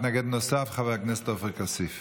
מתנגד נוסף, חבר כנסת עופר כסיף.